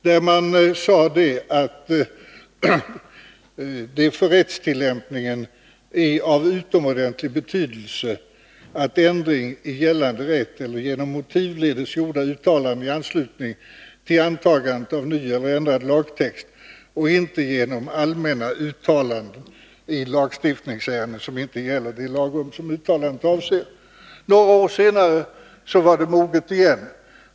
Utskottet sade att det för rättstillämpningen är av utomordentlig betydelse att ändring i gällande rätt sker genom motivledes gjorda uttalanden i anslutning till antagandet av ny eller ändrad lagtext och inte genom allmänna uttalanden i lagstiftningsärenden som inte gäller det lagrum som uttalandet avser. Några år senare var det moget igen.